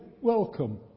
welcome